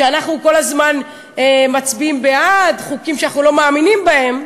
שאנחנו כל הזמן מצביעים בעד חוקים שאנחנו לא מאמינים בהם,